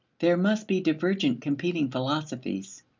there must be divergent competing philosophies.